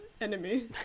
enemy